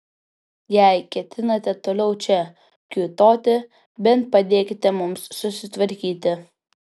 jei ketinate toliau čia kiūtoti bent padėkite mums susitvarkyti